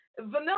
Vanilla